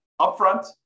upfront